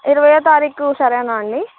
ఇరవైయో తారీఖు సరేనా అండి